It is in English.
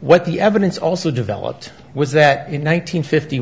what the evidence also developed was that in